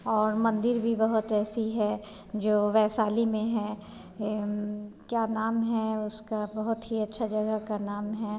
और मंदिर भी बहुत ऐसी है जो वैशाली में है क्या नाम है उसका बहुत ही अच्छा जगह का नाम है